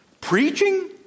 preaching